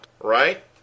right